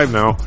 now